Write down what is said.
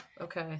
Okay